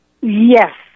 Yes